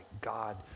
God